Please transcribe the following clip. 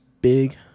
big